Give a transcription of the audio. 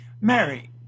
Mary